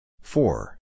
Four